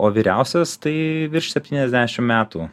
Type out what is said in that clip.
o vyriausias tai virš septyniasdešim metų